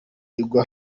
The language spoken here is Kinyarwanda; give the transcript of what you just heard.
igwa